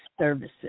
Services